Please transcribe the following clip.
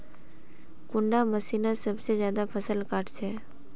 कुंडा मशीनोत सबसे ज्यादा फसल काट छै?